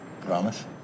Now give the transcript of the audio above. Promise